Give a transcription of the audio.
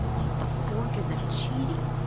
what the fork is a chidi?